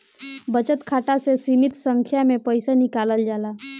बचत खाता से सीमित संख्या में पईसा निकालल जाला